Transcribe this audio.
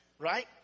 Right